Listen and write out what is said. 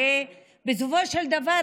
הרי בסופו של דבר,